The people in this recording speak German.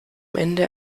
ende